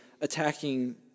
attacking